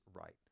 right